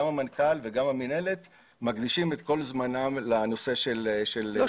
גם המנכ"ל וגם המינהלת מקדישים את כל זמנם לנושא של מימוש ההחלטה